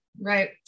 Right